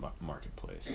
marketplace